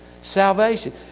Salvation